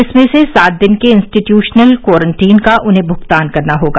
इसमें से सात दिन के इंस्टीट्यूशनल क्वारंटीन का उन्हें भुगतान करना होगा